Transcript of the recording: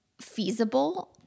feasible